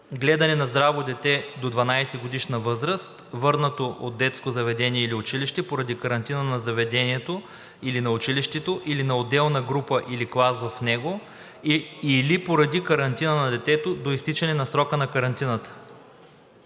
гледане на здраво дете до 12-годишна възраст, върнато от детско заведение или училище поради карантина на заведението или на училището, или на отделна група или клас в него, или поради карантина на детето – до изтичането на срока на карантината.“